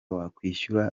wakwishyura